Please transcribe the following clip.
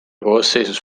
koosseisus